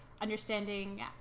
understanding